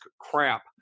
crap